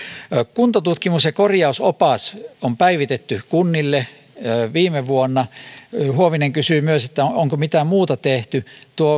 kuntotutkimus ja korjausopas on päivitetty kunnille viime vuonna huovinen kysyi myös onko mitään muuta tehty